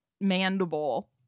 mandible